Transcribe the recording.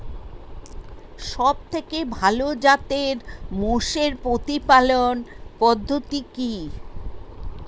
সবথেকে ভালো জাতের মোষের প্রতিপালন পদ্ধতি কি?